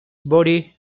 body